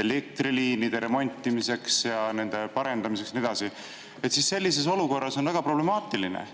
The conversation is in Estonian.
elektriliinide remontimiseks ja nende parendamiseks ja nii edasi –, siis sellises olukorras on väga problemaatiline